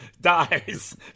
dies